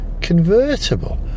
convertible